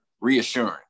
reassuring